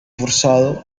forzado